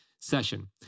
session